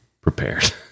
prepared